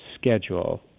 schedule